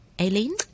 aileen